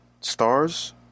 stars